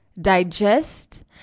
digest